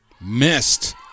Missed